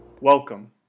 Welcome